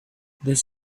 this